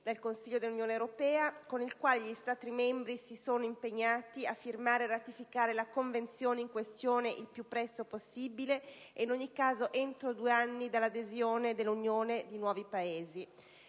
dal Consiglio dell'Unione europea, con il quale gli Stati membri si sono impegnati a firmare e ratificare la Convenzione in questione il più presto possibile e, in ogni caso, entro due anni dall'adesione all'Unione di nuovi Paesi.